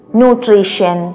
nutrition